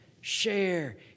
share